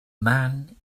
man